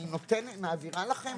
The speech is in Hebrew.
אני מעבירה לכם,